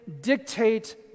dictate